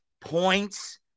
points